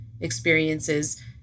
experiences